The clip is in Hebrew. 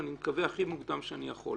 ואני מקווה הכי מוקדם שאני יכול.